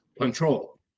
control